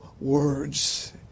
words